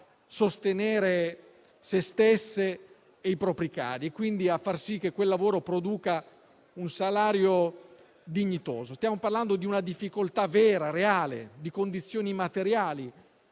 sostenere se stesse e i propri cari e, quindi, a far sì che quel lavoro produca un salario dignitoso. Stiamo parlando di una difficoltà vera, reale, di condizioni materiali,